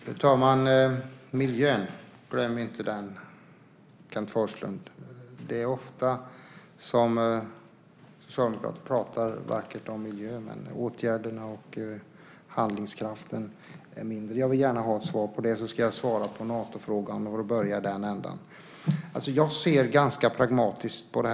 Fru talman! Miljön - glöm inte den, Kenneth Forslund. Det är ofta som Socialdemokraterna pratar vackert om miljön, men åtgärderna och handlingskraften är ringa. Jag vill gärna ha svar på min fråga. Jag ska svara på Natofrågan. Jag ser som politiker ganska pragmatiskt på det.